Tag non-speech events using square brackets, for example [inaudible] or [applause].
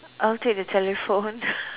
I'll take the telephone [laughs]